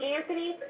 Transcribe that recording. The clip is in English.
Anthony